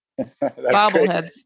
bobbleheads